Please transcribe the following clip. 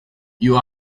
you